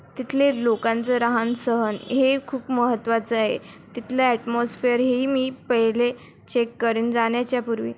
तिथले लोकांचं रहान सहन हे खूप महत्वाचं आहे तिथले ॲटमॉस्फीयर हे ही मी पहिले चेक करेन जाण्याच्यापूर्वी